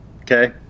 okay